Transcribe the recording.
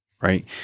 right